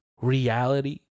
reality